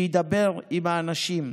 שידבר עם האנשים.